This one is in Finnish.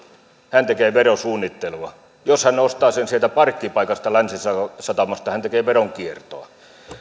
hän tekee verosuunnittelua jos hän ostaa sen sieltä parkkipaikalta länsisatamasta hän tekee veronkiertoa